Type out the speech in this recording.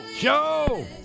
Joe